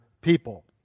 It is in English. people